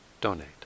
donate